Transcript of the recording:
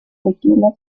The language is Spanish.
tequila